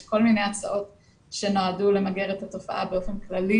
יש כל מיני הצעות שנועדו למגר את התופעה באופן כללי,